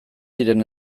diren